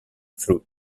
through